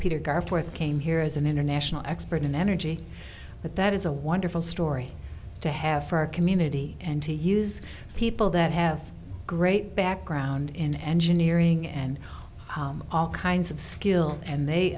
peter gard fourth came here as an international expert in energy but that is a wonderful story to have for our community and to use people that have great background in engineering and all kinds of skill and they